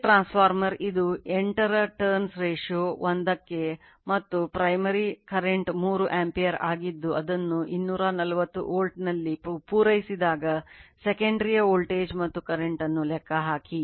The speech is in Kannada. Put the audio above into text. Ideal ವೋಲ್ಟೇಜ್ ಮತ್ತು ಕರೆಂಟ್ ಅನ್ನು ಲೆಕ್ಕಹಾಕಿ